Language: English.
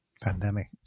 pandemic